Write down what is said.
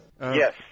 yes